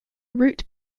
root